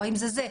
או האם זה זה,